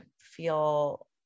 feel